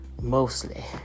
mostly